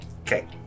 Okay